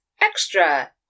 extra